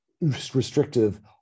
restrictive